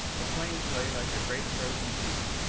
the plains lay like a great frozen sea,